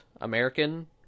American